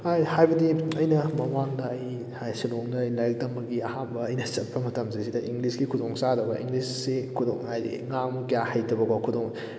ꯍꯥꯏꯕꯗꯤ ꯑꯩꯅ ꯃꯃꯥꯡꯗ ꯑꯩ ꯁꯤꯂꯣꯡꯗ ꯑꯩꯅ ꯂꯥꯏꯔꯤꯛ ꯇꯝꯕꯒꯤ ꯑꯍꯥꯟꯕ ꯑꯩꯅ ꯆꯠꯄ ꯃꯇꯝꯁꯤꯗ ꯏꯪꯂꯤꯁꯀꯤ ꯈꯨꯗꯣꯡꯆꯥꯗꯕ ꯏꯪꯂꯤꯁꯁꯤ ꯈꯨꯗꯣꯡ ꯍꯥꯏꯕꯗꯤ ꯉꯥꯡꯕ ꯀꯌꯥ ꯍꯩꯇꯕꯀꯣ